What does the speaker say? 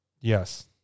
Yes